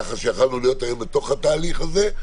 כך שיכולנו להיות היום בתוך התהליך הזה,